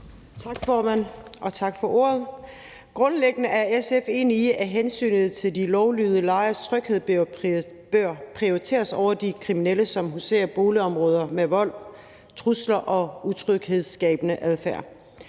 Tak, formand, og tak for ordet. Grundlæggende er SF enig i, at hensynet til de lovlydige lejeres tryghed bør prioriteres over de kriminelle, som huserer i boligområder med vold, trusler og utryghedsskabende adfærd.